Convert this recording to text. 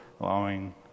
allowing